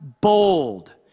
bold